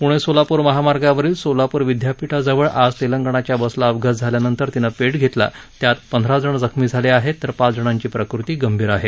पुणे सोलापूर महामार्गावरील सोलापूर विद्यापीठाजवळ आज तेलंगणाच्या बसला अपघात झाल्यानंतर तिनं पेट घेतला त्यात पंधरा जण जखमी झाले आहेत तर पाच जणांची प्रकृती गंभीर आहे